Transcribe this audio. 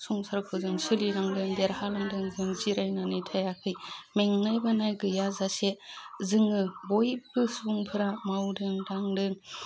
संसारखौ जों सोलिलांदों देरहालांदों जों जिरायनानै थायाखै मेंनाय बानाय गैयाजासे जोङो बयबो सुबुंफोरा मावदों दांदों